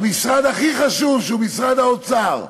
במשרד הכי חשוב, שהוא משרד האוצר,